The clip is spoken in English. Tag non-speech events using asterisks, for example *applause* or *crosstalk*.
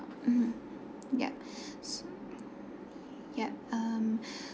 mmhmm yup *breath* yup um *breath*